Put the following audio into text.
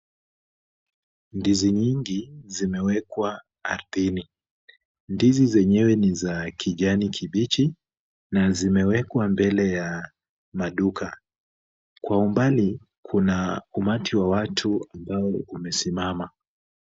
Ndizi nyingi zimewekwa ardhini. Ndizi zenyewe ni za kijani kibichi na zimewekwa mbele ya maduka. Kwa umbali kuna umati wa watu ambao umesimama.